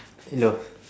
hello